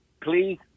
please